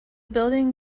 building